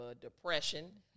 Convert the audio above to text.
depression